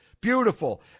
beautiful